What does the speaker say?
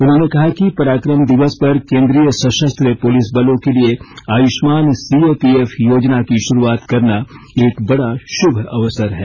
उन्होंने कहा कि पराक्रम दिवस पर केंद्रीय सशस्त्र पुलिस बलों के लिए Ayushman C A P F योजना कार्यक्रम की शुरूआत करना एक बड़ा शुभ अवसर है